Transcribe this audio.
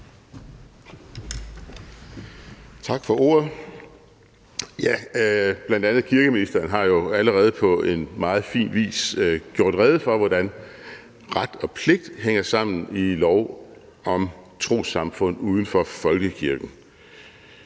Tak for ordet. Bl.a. kirkeministeren har jo allerede på en meget fin vis gjort rede for, hvordan ret og pligt hænger sammen i lov om trossamfund uden for folkekirken.